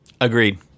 Agreed